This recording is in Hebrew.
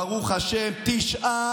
ברוך השם, 9